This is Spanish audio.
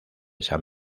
san